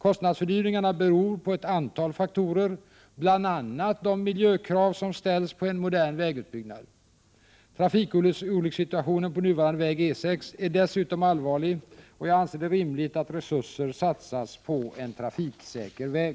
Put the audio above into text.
Kostnadsfördyringarna beror på ett antal faktorer, bl.a. de miljökrav som ställs på en modern vägbyggnad. Trafikolyckssituationen på nuvarande väg E6 är dessutom allvarlig, och jag anser det rimligt att resurser satsas på en trafiksäker väg.